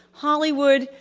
hollywood,